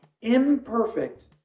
imperfect